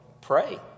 pray